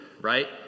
Right